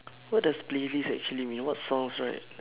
what does playlist actually mean what songs right